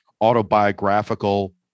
autobiographical